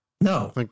No